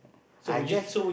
I just